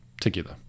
together